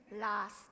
last